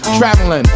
traveling